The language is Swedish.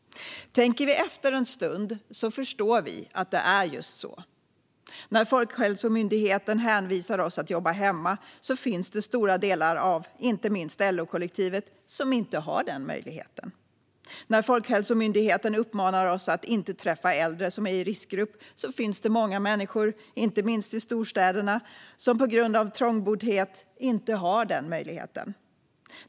Tänker vi efter en stund förstår vi att det är just så. När Folkhälsomyndigheten hänvisar oss till att jobba hemma finns det stora delar av inte minst LO-kollektivet som inte har denna möjlighet. När Folkhälsomyndigheten uppmanar oss att inte träffa äldre som är i riskgrupp finns det många människor, inte minst i storstäderna, som på grund av trångboddhet inte har denna möjlighet.